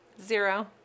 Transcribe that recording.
Zero